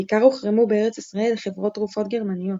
בעיקר הוחרמו בארץ ישראל חברות תרופות גרמניות.